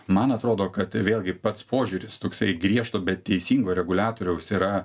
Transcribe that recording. man atrodo kad vėlgi pats požiūris toksai griežto bet teisingo reguliatoriaus yra